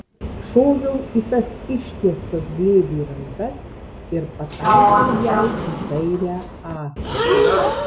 šoviau į tas ištiestas glėbiui rankas ir pataikiau jai į kairę akį